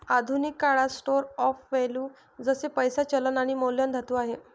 आधुनिक काळात store of value जसे पैसा, चलन आणि मौल्यवान धातू आहे